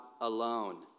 alone